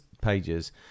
pages